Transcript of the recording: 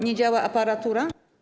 Nie działa aparatura?